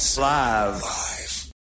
Live